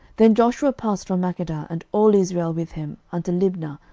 then joshua passed from makkedah, and all israel with him, unto libnah,